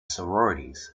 sororities